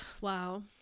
Wow